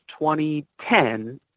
2010